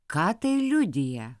ką tai liudija